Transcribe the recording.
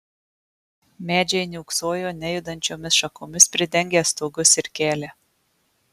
medžiai niūksojo nejudančiomis šakomis pridengę stogus ir kelią